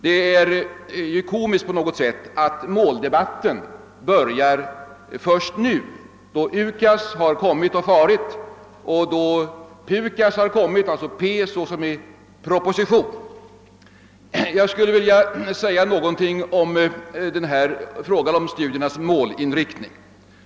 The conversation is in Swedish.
Det är på något sätt komiskt att måldebatten börjar först nu då UKAS har kommit och försvunnit för att efterträdas av PUKAS — alltså »P» som i proposition. Jag skulle vilja tala litet om studiernas målinriktning.